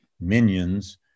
minions